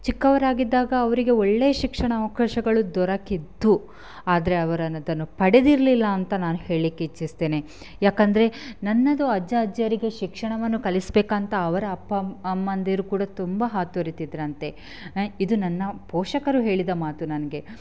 ಚಿಕ್ಕವರಾಗಿದ್ದಾಗ ಅವರಿಗೆ ಒಳ್ಳೆಯ ಶಿಕ್ಷಣ ಅವಕಾಶಗಳು ದೊರಕಿತ್ತು ಆದರೆ ಅವರನ್ನ ಅದನ್ನು ಪಡೆದಿರಲಿಲ್ಲ ಅಂತ ನಾನು ಹೇಳ್ಲಿಕ್ಕೆ ಇಚ್ಛಿಸ್ತೇನೆ ಯಾಕಂದರೆ ನನ್ನದು ಅಜ್ಜ ಅಜ್ಜಿಯರಿಗೆ ಶಿಕ್ಷಣವನ್ನು ಕಲಿಸಬೇಕಂತ ಅವರ ಅಪ್ಪ ಅಮ್ಮ ಅಮ್ಮಂದಿರು ಕೂಡ ತುಂಬ ಹಾತೊರೀತಿದ್ದರಂತೆ ಇದು ನನ್ನ ಪೋಷಕರು ಹೇಳಿದ ಮಾತು ನನಗೆ